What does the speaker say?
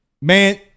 Man